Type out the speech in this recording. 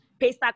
paystack